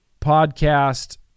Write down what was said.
podcast